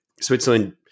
Switzerland